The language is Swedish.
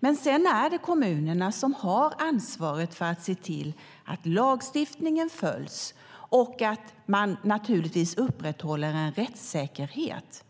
Men sedan är det kommunerna som har ansvaret för att se till att lagstiftningen följs och att man naturligtvis upprätthåller en rättssäkerhet.